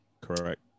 correct